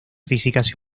físicas